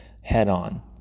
head-on